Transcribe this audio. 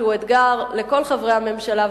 שהוא אתגר לכל חברי הממשלה,